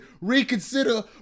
Reconsider